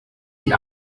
die